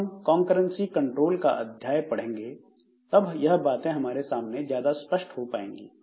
जब हम concurrency control का अध्याय पढ़ेंगे तब यह बातें हमारे सामने ज्यादा स्पष्ट हो पाएंगी